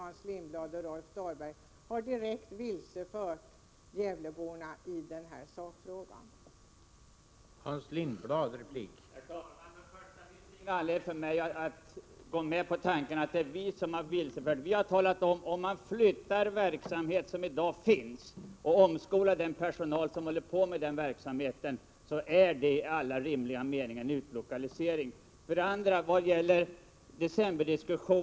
1987/88:90 Dahlberg och Hans Lindblad direkt har vilsefört gävleborna i den här 23 mars 1988